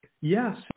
Yes